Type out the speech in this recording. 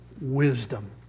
wisdom